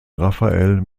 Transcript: rafael